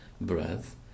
breath